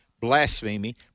blasphemy